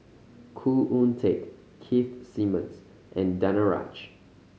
Khoo Oon Teik Keith Simmons and Danaraj